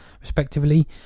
respectively